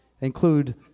include